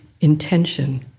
intention